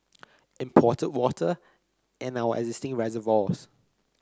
imported water and our existing reservoirs